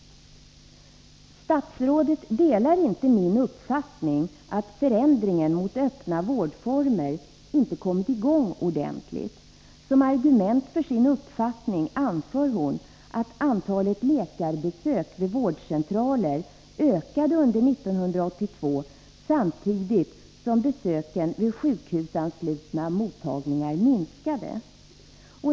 Statsrådet delar inte min uppfattning att förändringen mot öppna vårdformer inte kommit i gång ordentligt. Som argument för sin uppfattning anför hon att antalet läkarbesök vid vårdcentraler ökade under 1982 samtidigt som besöken vid sjukhusanslutna mottagningar minskade.